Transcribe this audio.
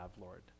Lord